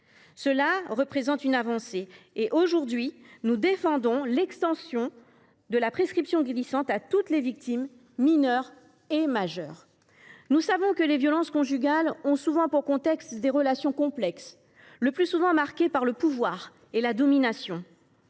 Cela représente une avancée. Aujourd’hui, nous défendons l’extension de la prescription glissante à toutes les victimes, mineures et majeures. Nous savons que les violences conjugales ont souvent pour contexte des relations complexes, marquées le plus souvent par le pouvoir et la domination.